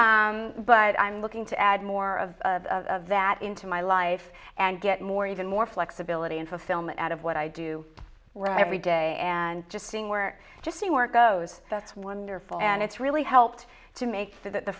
where but i'm looking to add more of that into my life and get more even more flexibility and fulfillment out of what i do right every day and just seeing where just the work goes that's wonderful and it's really helped to make